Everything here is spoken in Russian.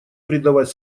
придавать